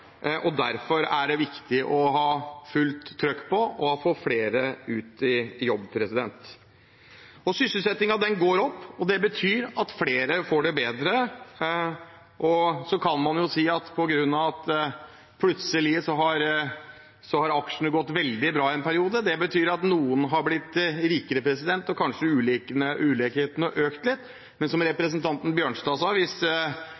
og derfor er det viktig å ha fullt trykk på å få flere ut i jobb. Sysselsettingen går opp, og det betyr at flere får det bedre. Så kan man si at på grunn av at aksjene plutselig har gått veldig bra en periode, har noen har blitt rikere, og kanskje har ulikhetene økt litt. Men som representanten Bjørnstad sa – hvis